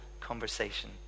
conversation